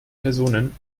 personen